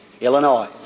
Illinois